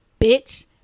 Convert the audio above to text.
bitch